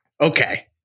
Okay